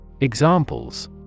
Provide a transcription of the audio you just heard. Examples